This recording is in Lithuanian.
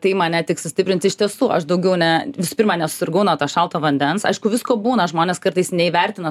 tai mane tik sustiprins iš tiesų aš daugiau ne visų pirma nesusirgau nuo to šalto vandens aišku visko būna žmonės kartais neįvertina